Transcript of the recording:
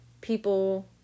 people